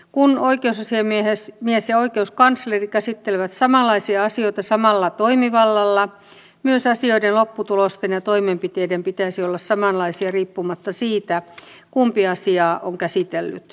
kun oikeusasiamies ja oikeuskansleri käsittelevät samanlaisia asioita samalla toimivallalla myös asioiden lopputulosten ja toimenpiteiden pitäisi olla samanlaisia riippumatta siitä kumpi asiaa on käsitellyt